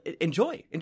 enjoy